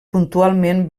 puntualment